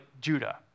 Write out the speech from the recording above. Judah